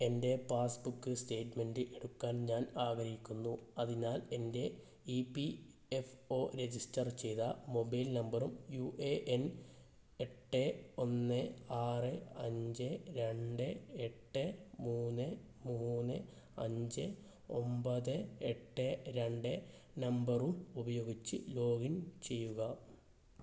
എൻ്റെ passbook statement എടുക്കാൻ ഞാൻ ആഗ്രഹിക്കുന്നു അതിനാൽ എൻ്റെ E P F O register ചെയ്ത മൊബൈൽ നമ്പറും യു എ എൻ എട്ട് ഒന്ന് ആറ് അഞ്ച് രണ്ട് എട്ട് മൂന്ന് മൂന്ന് അഞ്ച് ഒൻപത് എട്ട് രണ്ട് നമ്പറും ഉപയോഗിച്ച് ലോഗിൻ ചെയ്യുക